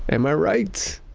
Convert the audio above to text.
am i right!